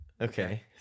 Okay